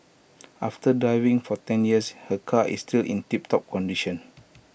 after driving for ten years her car is still in tiptop condition